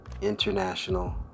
International